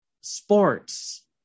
sports